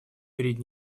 перед